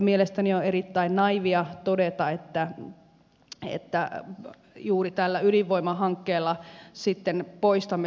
mielestäni on erittäin naiivia todeta että juuri tällä ydinvoimahankkeella poistamme sähköntuontia